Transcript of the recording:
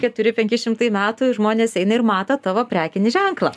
keturi penki šimtai metų žmonės eina ir mato tavo prekinį ženklą